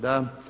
Da.